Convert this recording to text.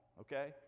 okay